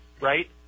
right